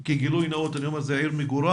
שכגילוי נאות אני אומר שזו עיר מגוריי,